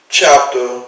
chapter